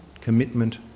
commitment